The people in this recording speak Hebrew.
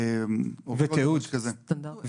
סקרנו בהרחבה כמה מדינות ספציפיות,